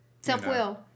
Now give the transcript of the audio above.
Self-will